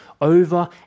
over